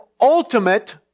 ultimate